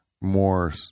More